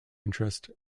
interest